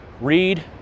Read